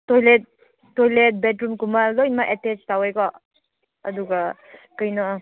toilet toilet ꯕꯦꯠꯔꯨꯝꯒꯨꯝꯕ ꯂꯣꯏꯅꯃꯛ ꯑꯦꯇꯦꯆ ꯇꯧꯋꯦꯀꯣ ꯑꯗꯨꯒ ꯀꯩꯅꯣ ꯑꯥ